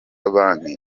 banki